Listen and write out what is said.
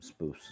Spoofs